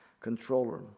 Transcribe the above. controller